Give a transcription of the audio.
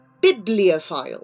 bibliophile